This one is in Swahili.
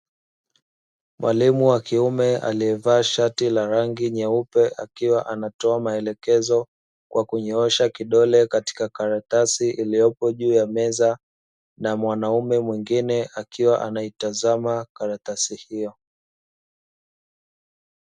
Walimu wa kiume aliyevaa shati la rangi nyeupe akiwa anatoa maelekezo kwa kunyoosha kidole katika karatasi iliyopo juu ya meza na mwanamume mwingine akiwa anaitazama karatasi hiyo.